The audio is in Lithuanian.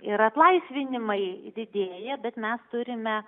ir atlaisvinimai didėja bet mes turime